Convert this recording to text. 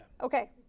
okay